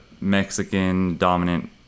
Mexican-dominant